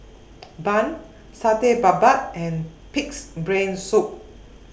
Bun Satay Babat and Pig'S Brain Soup